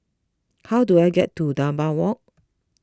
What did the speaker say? how do I get to Dunbar Walk